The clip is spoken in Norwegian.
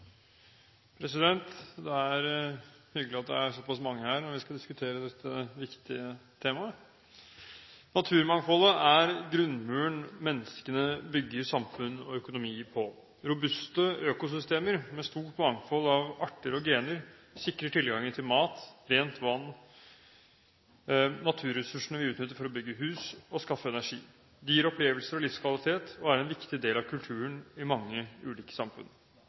avsluttet. Det er hyggelig at det er såpass «mange» her når vi skal diskutere dette viktige temaet. Naturmangfoldet er grunnmuren menneskene bygger samfunn og økonomi på. Robuste økosystemer, med stort mangfold av arter og gener, sikrer tilgangen til mat, rent vann og naturressursene vi utnytter for å bygge hus og skaffe energi. De gir opplevelser og livskvalitet og er en viktig del av kulturen i mange ulike samfunn.